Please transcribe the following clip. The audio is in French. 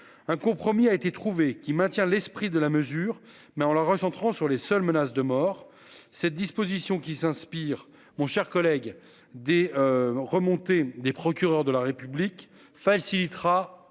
Un compromis a été trouvé qui maintient l'esprit de la mesure, mais en la recentrant sur les seules menaces de mort. Cette disposition qui s'inspire, mon cher collègue des. Remontées des procureurs de la République facilitera